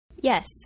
Yes